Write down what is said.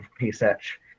research